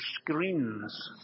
screens